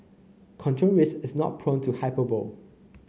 control Risks is not prone to hyperbole